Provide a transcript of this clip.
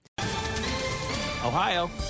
Ohio